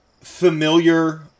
familiar